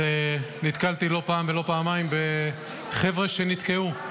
נתקלתי לא פעם ולא פעמיים בחבר'ה שנתקעו,